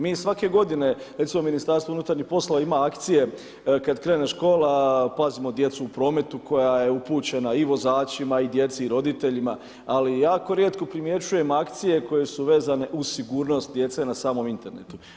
Mi svako godine, recimo MUP ima akcije kad krene škola, pazimo djecu u prometu, koja je upućena i vozačima i djeci i roditeljima, ali jako rijetko primjećujemo akcije koje su vezane uz sigurnost djece na samom internetu.